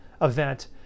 event